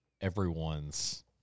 everyone's